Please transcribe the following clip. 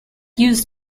used